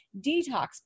detox